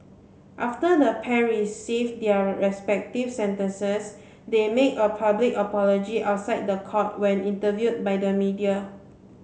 after the pair received their respective sentences they made a public apology outside the court when interviewed by the media